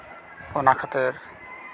ᱚᱱᱟ ᱠᱷᱟᱹᱛᱤᱨ